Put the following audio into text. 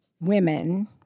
women